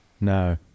No